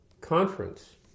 conference